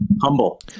Humble